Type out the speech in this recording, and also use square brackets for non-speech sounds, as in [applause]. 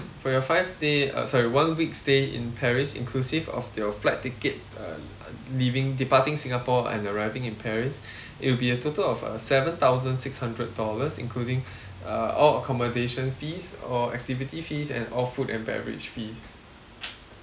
for your five day uh sorry one week stay in paris inclusive of your flight ticket uh uh leaving departing singapore and arriving in paris [breath] it will be a total of uh seven thousand six hundred dollars including [breath] uh all accommodation fees all activity fees and all food and beverage fees